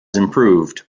improved